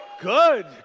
Good